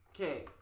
okay